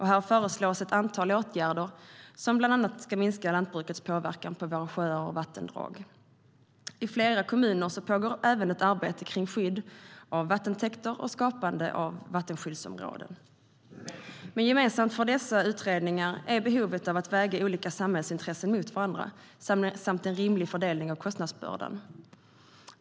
Här föreslås ett antal åtgärder som bland annat ska minska lantbrukets påverkan på våra sjöar och vattendrag. I flera kommuner pågår även ett arbete med skydd av vattentäkter och skapande av vattenskyddsområden. Gemensamt för dessa utredningar är behovet av att väga olika samhällsintressen mot varandra samt en rimlig fördelning av kostnadsbördan.